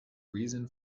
reason